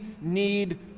need